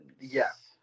Yes